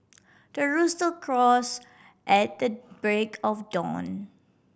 the rooster crows at the break of dawn